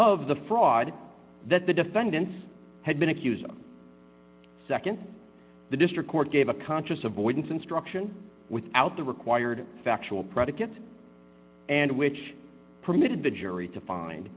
of the fraud that the defendants had been accused of nd the district court gave a conscious avoidance instruction without the required factual predicate and which permitted the jury to find